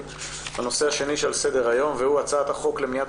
הנושא שעל סדר היום הוא הצעת חוק למניעת